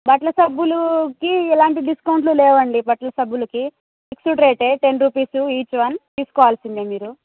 బట్టల సబ్బులుకి ఎలాంటి డిస్కౌంటులు లేవండి బట్టల సబ్బులుకి ఫిక్స్డ్ రేటే టెన్ రుపీసు ఈచ్ వన్ తీసుకోవలసిందే మీరు